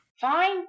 Fine